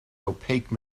opaque